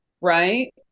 right